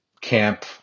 camp